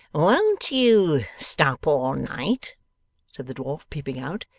won't you stop all night said the dwarf, peeping out.